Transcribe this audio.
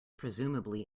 presumably